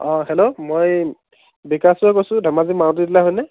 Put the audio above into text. অঁ হেল্ল' মই বিকাশ ৰয়ে কৈছোঁ ধেমাজি মাৰুতি ডিলাৰ হয়নে